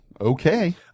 Okay